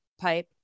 Pipe